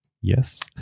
yes